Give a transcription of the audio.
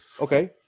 Okay